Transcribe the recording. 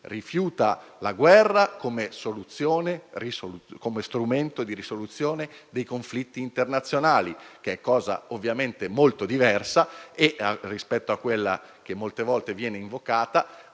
rifiuta la guerra come strumento di risoluzione dei conflitti internazionali, cosa ovviamente molto diversa rispetto a ciò che molte volte viene invocato,